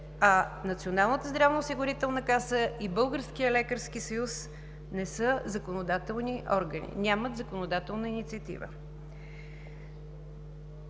а Националната здравноосигурителна каса и Българският лекарски съюз не са законодателни органи, нямат законодателна инициатива.